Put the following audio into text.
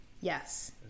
Yes